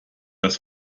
das